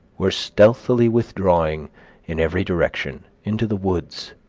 were stealthily withdrawing in every direction into the woods,